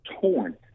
torn